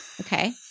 Okay